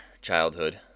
childhood